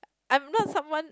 I'm not someone